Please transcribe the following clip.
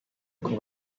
uko